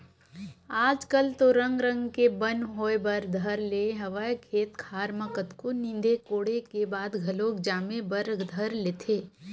आजकल तो रंग रंग के बन होय बर धर ले हवय खेत खार म कतको नींदे कोड़े के बाद घलोक जामे बर धर लेथे